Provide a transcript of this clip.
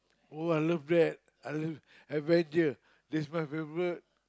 oh I love that I love adventure this my favourite